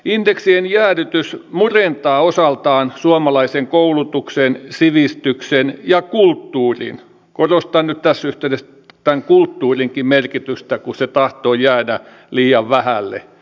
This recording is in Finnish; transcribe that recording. indeksien jäädytys murentaa osaltaan suomalaisen koulutuksen sivistyksen ja kulttuurin korostan nyt tässä yhteydessä tämän kulttuurinkin merkitystä kun se tahtoo jäädä liian vähälle perustusta